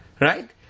right